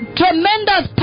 tremendous